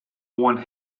one